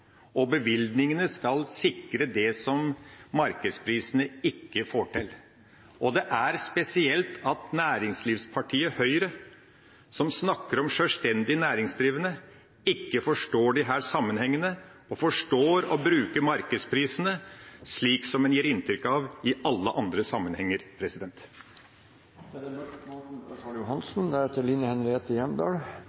og bevilgningene skal sikre det som markedsprisene ikke får til. Og det er spesielt at næringslivspartiet Høyre, som snakker om sjølstendig næringsdrivende, ikke forstår disse sammenhengene og forstår å bruke markedsprisene slik som en gir inntrykk av i alle andre sammenhenger.